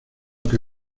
que